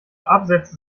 absätze